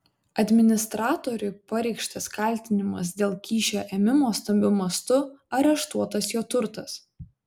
administratoriui pareikštas kaltinimas dėl kyšio ėmimo stambiu mastu areštuotas jo turtas